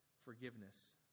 forgiveness